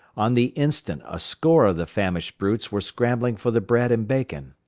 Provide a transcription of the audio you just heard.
on the instant a score of the famished brutes were scrambling for the bread and bacon.